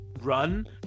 run